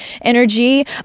energy